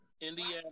Indiana